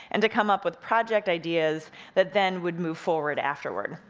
and to come up with project ideas that then would move forward afterward.